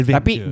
Tapi